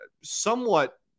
somewhat